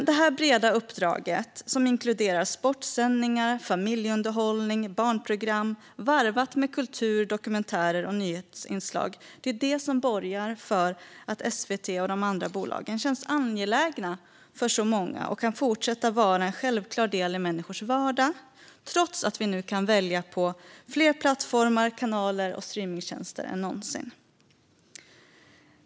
Detta breda uppdrag, som inkluderar sportsändningar, familjeunderhållning och barnprogram varvat med kultur, dokumentärer och nyhetsinslag borgar för att SVT och de andra bolagen känns angelägna för så många och kan fortsätta att vara en självklar del i människors vardag trots att vi nu kan välja bland fler plattformar, kanaler och streamningstjänster än någonsin.